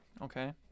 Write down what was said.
Okay